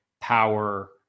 power